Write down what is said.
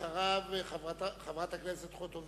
אחריו חברת הכנסת חוטובלי.